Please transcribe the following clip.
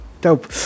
Dope